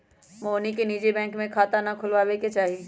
मोहिनी के निजी बैंक में खाता ना खुलवावे के चाहि